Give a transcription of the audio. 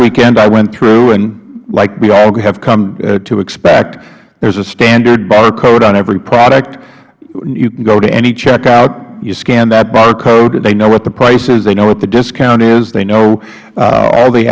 weekend i went through and like we all have come to expect there's a standard bar code on every product you can go to any checkout you scan that bar code they know what the price is they know what the discount is they know all the